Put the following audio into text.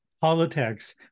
politics